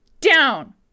down